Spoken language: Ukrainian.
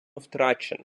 втраченим